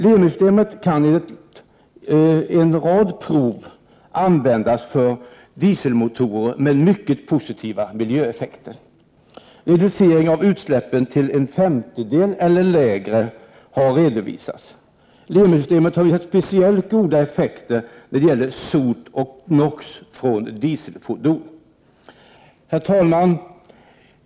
Lemi-systemet kan enligt en rad prov användas för dieselmotorer, med mycket positiva miljöeffekter. En reducering av utsläppen till en femtedel eller mindre har redovisats. Lemi-systemet har visat speciellt goda effekter när det gäller sot och NO, från dieselfordon. Herr talman!